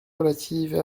relatives